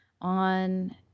on